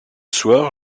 soir